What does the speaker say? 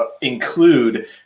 include